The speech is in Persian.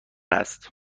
است